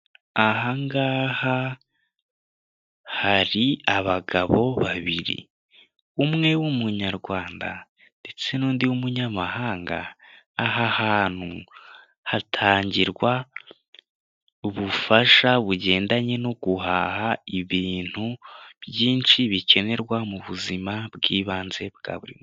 Aha ngaha hari abagabo babiri, umwe w'umunyarwanda, ndetse n'undi w'umunyamahanga, aha hantu hatangirwa ubufasha bugendanye no guhaha ibintu byinshi bikenerwa mu buzima bw'ibanze bwa buri munsi.